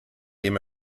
denen